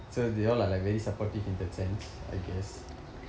so they all are like very supportive in that sense I guess